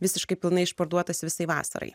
visiškai pilnai išparduotas visai vasarai